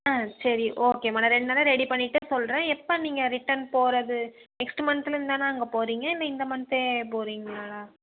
ம் சரி ஓகேம்மா நா ரெண்டு நாளில் ரெடி பண்ணிட்டு சொல்கிறேன் எப்போ நீங்கள் ரிட்டர்ன் போகிறது நெக்ஸ்ட்டு மந்த்லேயிருந்துதான அங்கே போறீங்க இல்லை இந்த மந்த்தே போறீங்களாடா